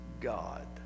God